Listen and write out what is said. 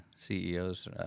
CEOs